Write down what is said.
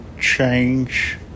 change